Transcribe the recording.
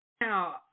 Now